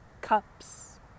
cups